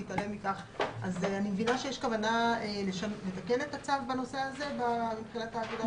אני מבינה שיש כוונה לתקן את הצו בנושא הזה במסגרת ההגדרות?